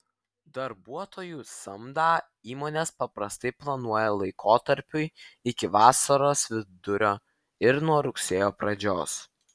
darbuotojų samdą įmonės paprastai planuoja laikotarpiui iki vasaros vidurio ir nuo rugsėjo pradžios